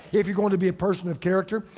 if you're going to be a person of character,